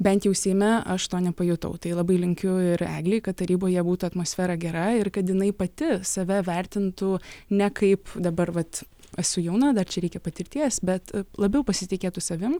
bent jau seime aš to nepajutau tai labai linkiu ir eglei kad taryboje būtų atmosfera gera ir kad jinai pati save vertintų ne kaip dabar vat esu jauna dar čia reikia patirties bet labiau pasitikėtų savim